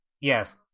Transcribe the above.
Yes